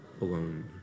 alone